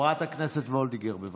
חברת הכנסת מיכל וולדיגר, בבקשה.